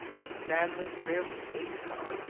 and stanley fairly ate it up.